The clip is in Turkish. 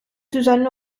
düzenli